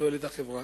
לתועלת החברה,